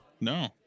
No